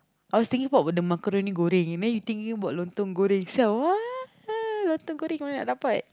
I was thinking about the macaroni goreng then you are thinking about lontong goreng ah lontong goreng mana nak dapat